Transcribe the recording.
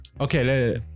Okay